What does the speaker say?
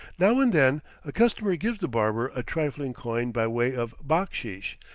now and then a customer gives the barber a trifling coin by way of backsheesh,